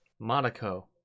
Monaco